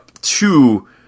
two